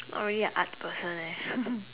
not really a art person eh